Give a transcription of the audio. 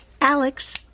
Alex